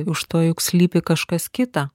už to juk slypi kažkas kita